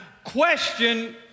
question